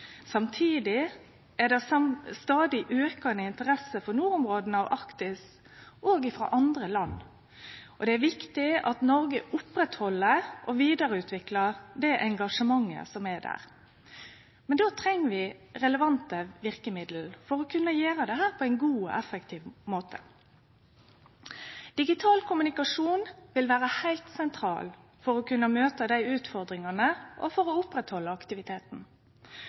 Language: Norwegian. Samtidig er det stadig aukande interesse for nordområda og Arktis, òg frå andre land. Det er viktig at Noreg opprettheld og vidareutviklar engasjementet som er der, men då treng vi relevante verkemiddel for å kunne gjere dette på ein god og effektiv måte. Digital kommunikasjon vil vere heilt sentralt for å kunne møte utfordringane og for å oppretthalde aktiviteten.